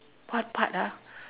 what part ah